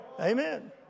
Amen